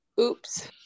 Oops